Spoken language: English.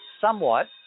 somewhat